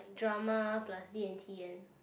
drama plus D and T and